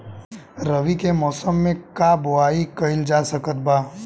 रवि के मौसम में का बोआई कईल जा सकत बा?